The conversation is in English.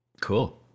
Cool